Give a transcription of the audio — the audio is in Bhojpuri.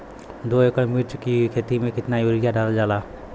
दो एकड़ मिर्च की खेती में कितना यूरिया डालल जाला?